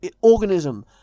organism